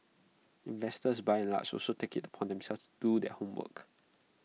investors by and large also take IT upon themselves do their homework